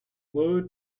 low